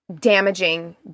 damaging